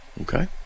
Okay